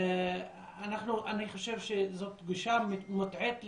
אני חושב שזאת גישה מוטעית לחלוטין,